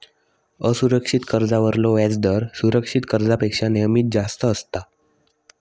असुरक्षित कर्जावरलो व्याजदर सुरक्षित कर्जापेक्षा नेहमीच जास्त असता